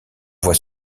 voit